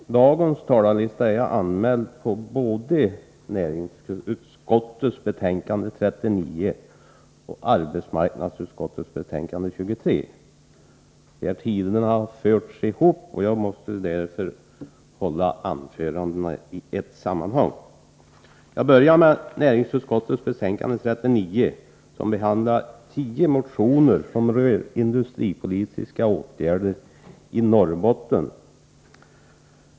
Herr talman! Jag hade till dagens talarlista anmält mig till debatterna om både näringsutskottets betänkande 39 och arbetsmarknadsutskottets betän kande 23. Betänkandena har förts ihop, och jag måste därför hålla anförandena i ett sammanhang. Jag börjar med näringsutskottets betänkande nr 39, som behandlar tio motioner som rör industripolitiska åtgärder i Norrbotten.